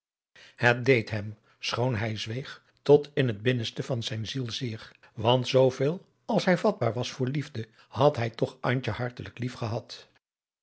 het deed hem schoon hij zweeg tot in het binnenste van zijn ziel zeer want zooveel als hij vatbaar was voor liefde had hij toch antje hartelijk lief gehad